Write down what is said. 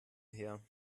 her